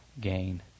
gain